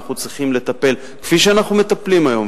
אנחנו צריכים לטפל כפי שאנחנו מטפלים היום,